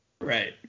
Right